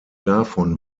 davon